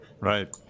Right